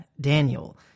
Daniel